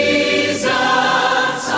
Jesus